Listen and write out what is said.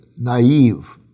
naive